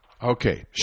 Okay